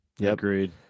Agreed